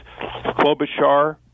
Klobuchar